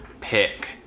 pick